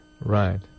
Right